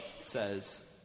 says